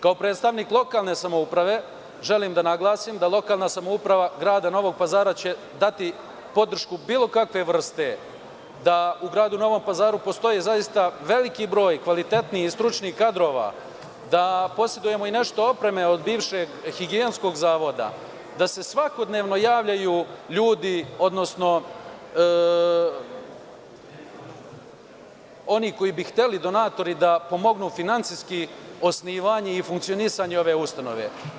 Kao predstavnik lokalne samouprave želim da naglasim da lokalna samouprava grada Novog Pazara će dati podršku bilo kakve vrste da u gradu Novom Pazaru postoje zaista veliki broj kvalitetnih i stručnih kadrova, da posedujemo i nešto opreme od bivšeg higijenskog zavoda, da se svakodnevno javljaju ljudi, odnosno oni koji bi hteli, donatori, da pomognu finansijski osnivanje i funkcionisanje ove ustanove.